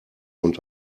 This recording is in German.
und